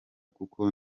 kuko